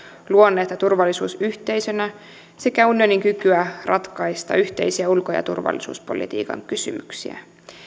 luonnetta turvallisuusyhteisönä sekä unionin kykyä ratkaista yhteisiä ulko ja turvallisuuspolitiikan kysymyksiä